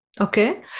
okay